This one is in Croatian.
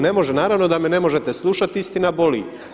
Ne može, naravno da me ne možete slušati, istina boli.